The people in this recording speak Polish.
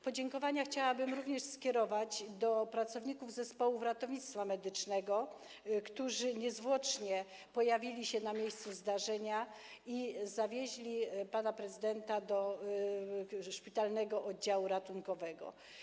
Podziękowania chciałabym również skierować do pracowników zespołu ratownictwa medycznego, którzy niezwłocznie pojawili się na miejscu zdarzenia i zawieźli pana prezydenta do szpitalnego oddziału ratunkowego.